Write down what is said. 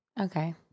Okay